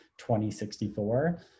2064